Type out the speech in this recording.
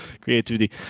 creativity